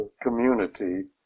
community